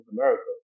America